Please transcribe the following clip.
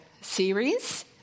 series